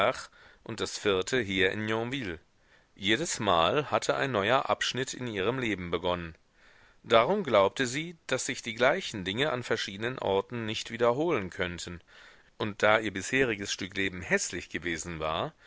und das vierte hier in yonville jedesmal hatte ein neuer abschnitt in ihrem leben begonnen darum glaubte sie daß sich die gleichen dinge an verschiedenen orten nicht wiederholen könnten und da ihr bisheriges stück leben häßlich gewesen war